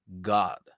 God